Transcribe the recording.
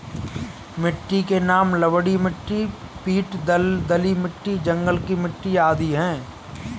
मिट्टी के नाम लवणीय मिट्टी, पीट दलदली मिट्टी, जंगल की मिट्टी आदि है